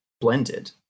blended